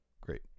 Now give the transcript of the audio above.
great